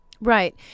Right